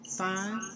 five